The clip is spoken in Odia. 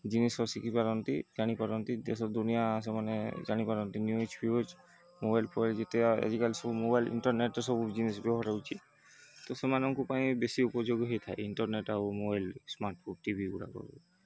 ଜିନିଷ ଶିଖିପାରନ୍ତି ଜାଣିପାରନ୍ତି ଦେଶ ଦୁନିଆ ସେମାନେ ଜାଣିପାରନ୍ତି ନ୍ୟୁଜ୍ଫ୍ୟୁଜ୍ ମୋବାଇଲ୍ଫୋବାଇଲ୍ ଯେତେ ଆଜିକାଲି ସବୁ ମୋବାଇଲ୍ ଇଣ୍ଟରନେଟ୍ର ସବୁ ଜିନିଷ ବ୍ୟବହାର ହେଉଛି ତ ସେମାନଙ୍କ ପାଇଁ ବେଶୀ ଉପଯୋଗ ହୋଇଥାଏ ଇଣ୍ଟରନେଟ୍ ଆଉ ମୋବାଇଲ୍ ସ୍ମାର୍ଟଫୋନ୍ ଟିଭିଗୁଡ଼ାକ